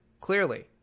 clearly